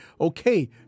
Okay